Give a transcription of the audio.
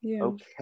Okay